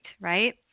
right